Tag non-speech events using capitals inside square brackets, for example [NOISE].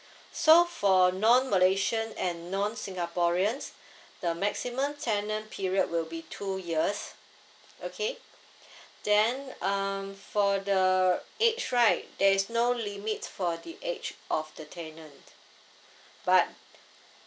so for non malaysian and non singaporeans the maximum tenant period will be two years okay [BREATH] then um for the age right there is no limit for the age of the tenant but